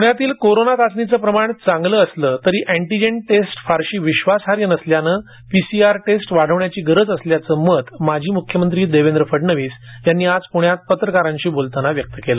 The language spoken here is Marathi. पुण्यातील कोरोना चाचणीचे प्रमाण चांगलं असलं तरी अँटीजेन टेस्ट फारशी विश्वासार्ह नसल्यानं पीसीआर टेस्ट वाढवण्याची गरज असल्याचं मत माजी मुख्यमंत्री देवेंद्र फडणवीस यांनी आज पुण्यात पत्रकारांशी बोलताना व्यक्त केलं